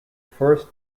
first